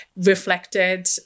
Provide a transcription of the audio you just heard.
reflected